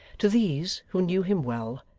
to these, who knew him well,